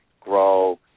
grow